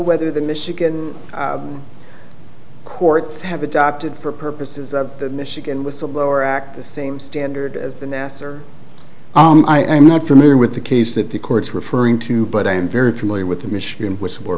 whether the michigan courts have adopted for purposes of the michigan whistleblower act the same standard as the nasser i'm not familiar with the case that the court's referring to but i am very familiar with the michigan which were